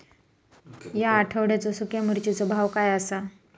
या आठवड्याचो सुख्या मिर्चीचो भाव काय आसा?